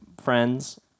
friends